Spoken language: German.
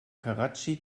karatschi